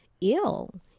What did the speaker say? ill